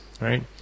right